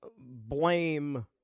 blame